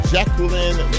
Jacqueline